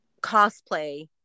cosplay